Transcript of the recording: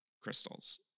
crystals